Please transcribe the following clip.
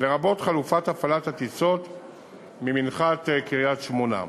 לרבות חלופת הפעלת הטיסות ממנחת קריית-שמונה.